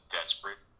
desperate